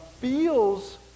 feels